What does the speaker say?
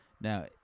Now